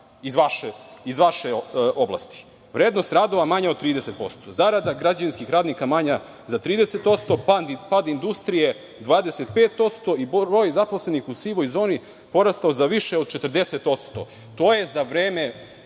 iz vaše oblasti. Vrednost radova manje od 30%. Zarada građevinskih radnika manja za 30%, pad industrije 25% i broj zaposlenih u sivoj zoni porastao za više od 40%. To je za vreme